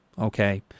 Okay